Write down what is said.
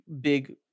big